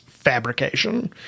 Fabrication